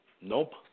Nope